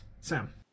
Sam